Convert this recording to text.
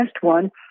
one